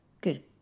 Good